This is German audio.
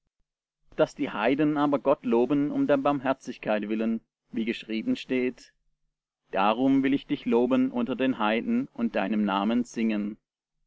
daß die heiden aber gott loben um der barmherzigkeit willen wie geschrieben steht darum will ich dich loben unter den heiden und deinem namen singen